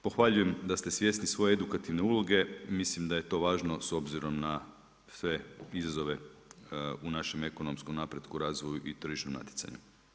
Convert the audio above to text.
Pohvaljujem da ste svjesni svoje edukativne uloge, mislim da je to važno s obzirom na sve izazove u našem ekonomskom napretku, razvoju i tržišnoj natjecanju.